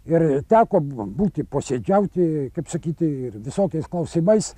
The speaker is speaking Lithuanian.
ir teko būti posėdžiauti kaip sakyti ir visokiais klausimais